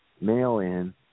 Mail-in